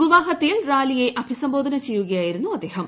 ഗുവാഹത്തിയിൽ റാലിയെ അഭിസംബോധന ചെയ്യുകയായിരുന്നു അദ്ദേഹം